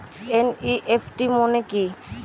NEFT মনে কি?